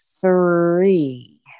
three